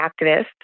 activists